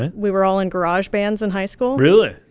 and we were all in garage bands in high school really?